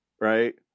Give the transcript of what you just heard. right